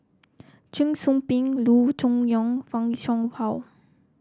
Cheong Soo Pieng Loo Choon Yong Fan Shao Hua